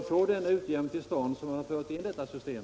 Det var för att få till stånd en utjämning som införde detta system.